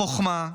בחוכמה,